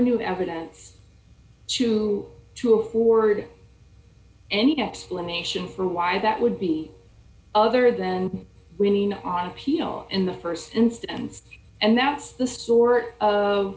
new evidence to to afford any explanation for why that would be other than winning on appeal in the st instance and that's the sort of